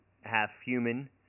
half-human